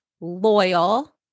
loyal